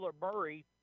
Murray